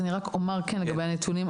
אני רק אומר כן לגבי הנתונים.